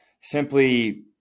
simply